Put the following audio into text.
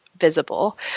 visible